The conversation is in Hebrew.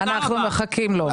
אנחנו מחכים לו, מיכאל.